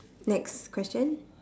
next question